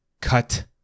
Cut